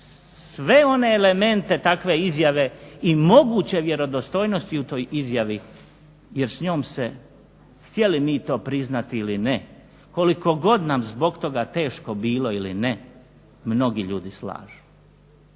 sve one elemente takve izjave i moguće vjerodostojnosti u toj izjavi jer s njom se htjeli mi to priznati ili ne, koliko god nam zbog toga teško bilo ili ne mnogi ljudi slažu.